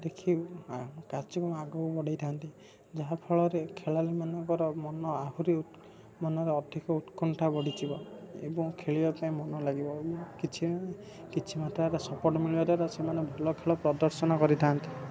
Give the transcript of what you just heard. ଦେଖି କାର୍ଯ୍ୟକ୍ରମ ଆଗକୁ ବଢ଼େଇଥାନ୍ତି ଯାହା ଫଳରେ ଖେଳାଳିମାନଙ୍କର ମନ ଆହୁରି ମନରେ ଅଧିକ ଉତ୍କଣ୍ଠା ବଢ଼ିଯିବ ଏବଂ ଖେଳିବା ପାଇଁ ମନ ଲାଗିବ କିଛି କିଛି ମାତ୍ରାରେ ସପୋର୍ଟ ମିଳିବା ଦ୍ୱାରା ସେମାନେ ଭଲ ଖେଳ ପ୍ରଦର୍ଶନ କରିଥାନ୍ତି